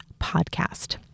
podcast